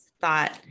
thought